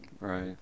right